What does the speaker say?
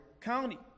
County